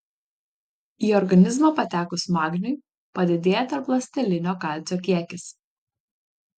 į organizmą patekus magniui padidėja tarpląstelinio kalcio kiekis